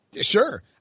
Sure